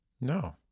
No